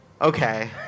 okay